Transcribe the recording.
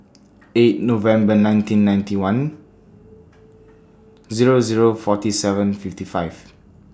eight November nineteen ninety one Zero Zero forty seven fifty five